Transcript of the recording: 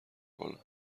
کنن